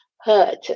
hurt